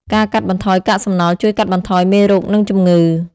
ការកាត់បន្ថយកាកសំណល់ជួយកាត់បន្ថយមេរោគនិងជំងឺ។